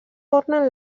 ornen